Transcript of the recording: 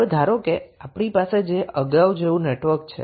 હવે ધારો કે તમારી પાસે આના જેવું નેટવર્ક છે